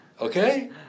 Okay